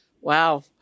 Wow